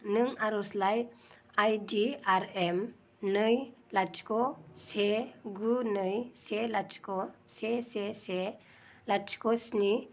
नों आर'जलाइ I D R M नै लाथिख' से गु नै से लाथिख' से से से लाथिख' स्नि